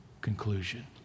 conclusion